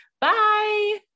Bye